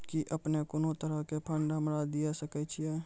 कि अपने कोनो तरहो के फंड हमरा दिये सकै छिये?